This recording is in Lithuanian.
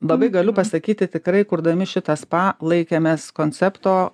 labai galiu pasakyti tikrai kurdami šitą spa laikėmės koncepto